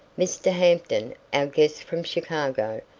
mr. hampton, our guest from chicago,